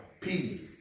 peace